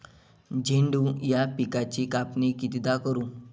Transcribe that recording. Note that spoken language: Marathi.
झेंडू या पिकाची कापनी कितीदा करू?